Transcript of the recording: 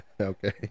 Okay